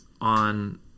on